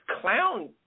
clown